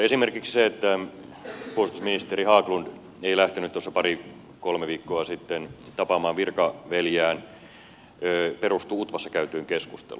esimerkiksi se että puolustusministeri haglund ei lähtenyt tuossa pari kolme viikkoa sitten tapaamaan virkaveljeään perustuu utvassa käytyyn keskusteluun